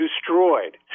destroyed